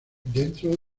dentro